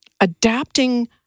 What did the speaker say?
adapting